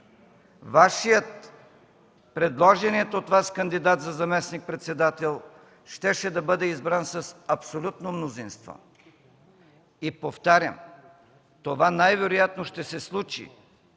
предложеният от Вас кандидат за заместник-председател щеше да бъде избран с абсолютно мнозинство. И повтарям, това най-вероятно ще се случи,